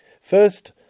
First